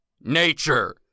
nature